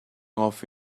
off